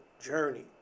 journey